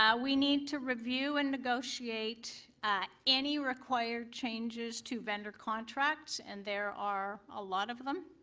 yeah we need to review and negotiate any requireed changes to vendor contracts, and there are a lot of them.